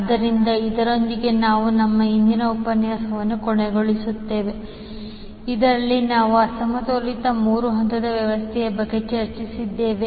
ಆದ್ದರಿಂದ ಇದರೊಂದಿಗೆ ನಾವು ನಮ್ಮ ಇಂದಿನ ಉಪನ್ಯಾಸವನ್ನು ಕೊನೆಗೊಳಿಸುತ್ತೇವೆ ಇದರಲ್ಲಿ ನಾವು ಅಸಮತೋಲಿತ ಮೂರು ಹಂತದ ವ್ಯವಸ್ಥೆಯ ಬಗ್ಗೆ ಚರ್ಚಿಸಿದ್ದೇವೆ